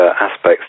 aspects